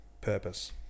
purpose